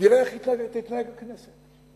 ונראה איך תתנהג הכנסת.